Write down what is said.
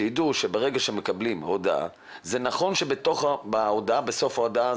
שיידעו שברגע שהם מקבלים הודעה זה נכון שזה נאמר בסוף ההודעה,